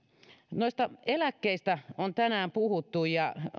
noista eläkkeistä on tänään puhuttu ja